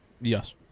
Yes